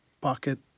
Pocket